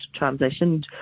transitioned